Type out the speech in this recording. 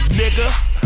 nigga